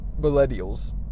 millennials